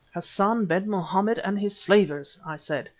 hassan-ben-mohammed and his slavers! i said,